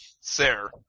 Sir